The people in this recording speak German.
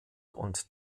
und